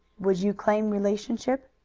would you claim relationship?